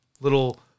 little